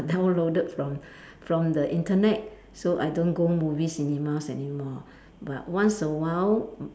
downloaded from from the internet so I don't go movies cinemas anymore but once a while mm